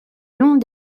long